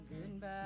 Goodbye